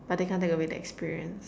but they can't take away the experience